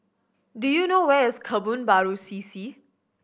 do you know where is Kebun Baru C C